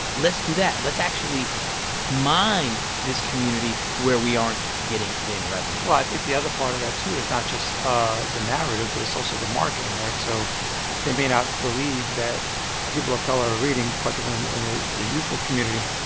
let's do that. let's actually mine this community where we aren't getting getting revenue well, i think the other part of that too is not just ah the narrative but it's also the marketing, right? so they may not believe that people of color are reading, particularly in ah the youthful community,